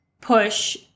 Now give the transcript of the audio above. push